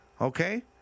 Okay